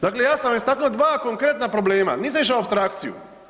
Dakle ja sam istaknuo dva konkretna problema, nisam išao u apstrakciju.